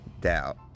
doubt